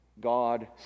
God